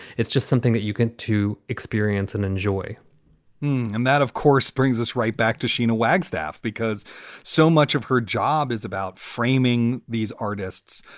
it's just something that you can to experience and enjoy and that, of course, brings us right back to sheena wagstaff, because so much of her job is about framing these artists,